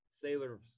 Sailors